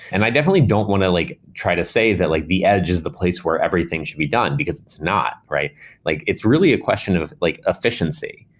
and i definitely don't want to like try to say that like the edge is the place where everything should be done, because it's not. like it's really a question of like efficiency.